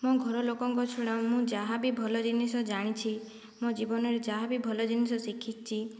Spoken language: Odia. ମୋ ଘର ଲୋକଙ୍କ ଛଡ଼ା ମୁଁ ଯାହାବି ଭଲ ଜିନିଷ ଜାଣିଛି ମୋ ଜୀବନରେ ଯାହାବି ଭଲ ଜିନିଷ ଶିଖିଛି